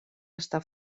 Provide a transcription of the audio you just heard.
està